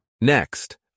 Next